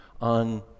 on